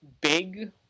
big